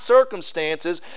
circumstances